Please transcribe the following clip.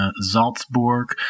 Salzburg